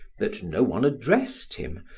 that no one addressed him,